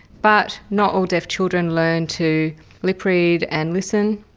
but not all deaf children learn to lip read and listen.